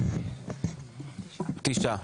תשעה.